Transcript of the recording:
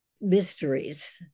mysteries